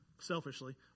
selfishly